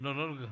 לא לא,